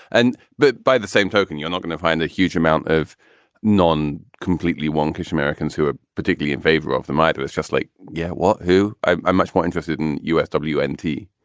and but by the same token, you're not going to find a huge amount of non completely wonkish americans who are particularly in favor of them either. it's just like, yeah, well, who? i'm i'm much more interested in us. w and a.